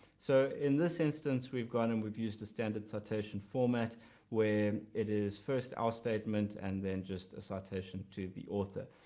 so in this instance we've gone and we've used a standard citation format where it is first our statement and then just a citation to the author.